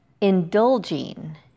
indulging